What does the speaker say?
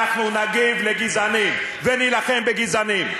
אנחנו נגיב לגזענים ונילחם בגזענים.